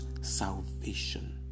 salvation